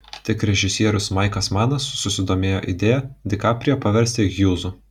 tik režisierius maiklas manas susidomėjo idėja di kaprijo paversti hjūzu